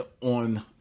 on